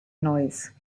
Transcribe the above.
noise